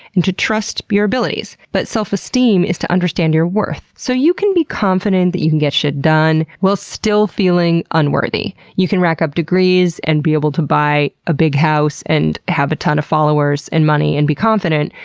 and to trust your abilities, but self-esteem is to understand your worth, so you can be confident that you can get shit done, while still feeling unworthy. you can rack up degrees, and be able to buy a big house, and have a ton of followers, and money, and be confident,